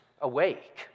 awake